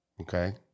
Okay